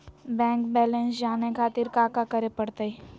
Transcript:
Bank balance जाने खातिर काका करे पड़तई?